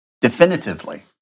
definitively